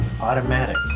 Automatic